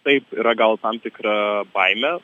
taip yra gal tam tikra baimė